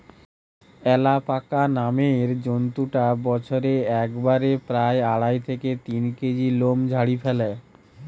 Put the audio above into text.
alpaca নামের জন্তুটা বছরে একবারে প্রায় আড়াই থেকে তিন কেজি লোম ঝাড়ি ফ্যালে